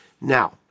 Now